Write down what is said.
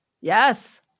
Yes